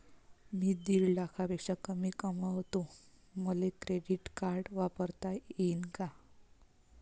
मी दीड लाखापेक्षा कमी कमवतो, मले क्रेडिट कार्ड वापरता येईन का?